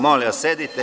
Molim vas sedite.